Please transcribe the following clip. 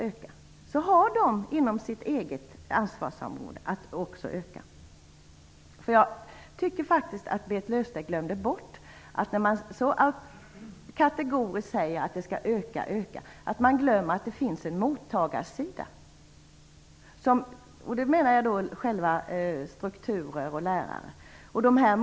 Berit Löfstedt, som bara kategoriskt sade att man måste öka, glömde bort att det finns en mottagarsida. Med det menar jag lärarna och strukturer.